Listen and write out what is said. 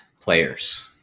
players